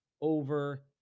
over